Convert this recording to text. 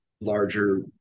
larger